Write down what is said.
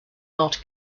not